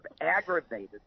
aggravated